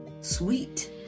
sweet